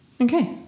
Okay